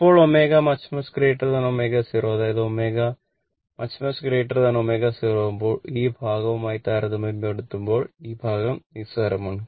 എപ്പോൾ ω ω0 അതായത് ω ω0 ആകുമ്പോൾ ഈ ഭാഗവുമായി താരതമ്യപ്പെടുത്തുമ്പോൾ ഈ ഭാഗം നിസ്സാരമാണ്